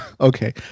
Okay